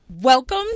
Welcome